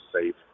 safe